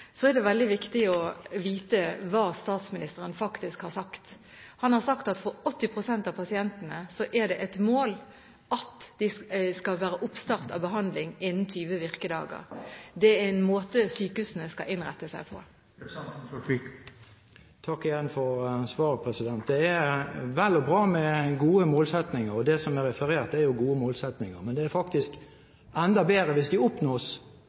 Så er det veldig viktig å vite hva statsministeren faktisk har sagt. Han har sagt at for 80 pst. av pasientene er det et mål at det skal være oppstart av behandling innen 20 virkedager. Det skal sykehusene innrette seg på. Takk igjen for svaret. Det er vel og bra med gode målsettinger, og det som er referert, er gode målsettinger. Men det er faktisk enda bedre hvis de oppnås,